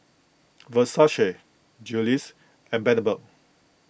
Versace Julie's and Bundaberg